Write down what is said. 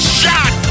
shot